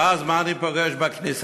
ואז, מה אני פוגש בכניסה?